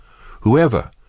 Whoever